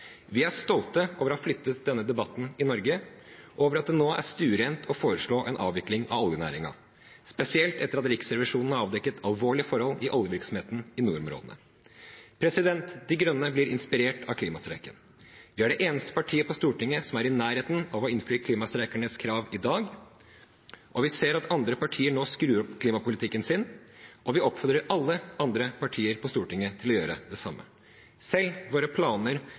Vi er stolte over å ha flyttet denne debatten i Norge, over at det nå er stuerent å foreslå en avvikling av oljenæringen – spesielt etter at Riksrevisjonen har avdekket alvorlige forhold i oljevirksomheten i nordområdene. De Grønne blir inspirert av klimastreiken. Vi er det eneste partiet på Stortinget som er i nærheten av å innfri klimastreikernes krav i dag. Vi ser at andre partier nå skrur opp klimapolitikken sin, og vi oppfordrer alle andre partier på Stortinget til å gjøre det samme. Selv våre planer